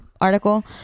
article